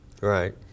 right